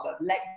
let